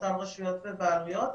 פורטל רשויות ובעלויות.